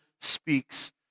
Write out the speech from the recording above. speaks